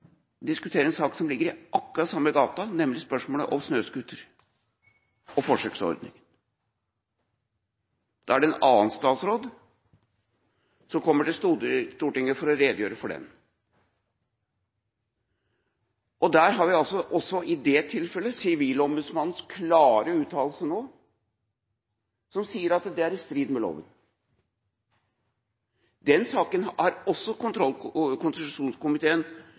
diskutere en sak som ligger i akkurat samme gata, nemlig spørsmålet om snøscooter og forsøksordning. Da er det en annen statsråd som kommer til Stortinget for å redegjøre for den. Også i det tilfellet har vi nå Sivilombudsmannens klare uttalelse, som sier at det er i strid med loven. Den saken har også kontroll- og konstitusjonskomiteen